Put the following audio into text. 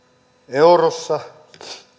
eurossa